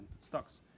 stocks